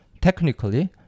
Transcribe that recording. technically